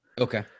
okay